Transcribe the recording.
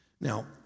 Now